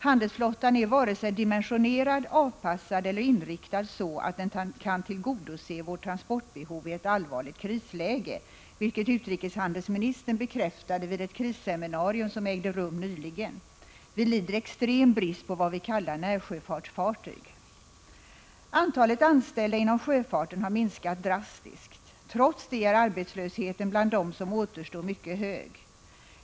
Handelsflottan är varken dimensionerad, avpassad eller inriktad så, att den kan tillgodose vårt transportbehov i ett allvarligt krisläge, vilket utrikeshandelsministern bekräftade vid ett krisseminarium, som ägde rum nyligen. Vi lider extrem brist på vad vi kallar närsjöfartsfartyg. Antalet anställda inom sjöfarten har minskat drastiskt. Trots det är arbetslösheten bland dem som återstår mycket hög.